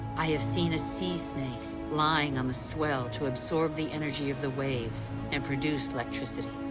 i have seen a sea snake lying on the swell to absorb the energy of the waves and produce electricity.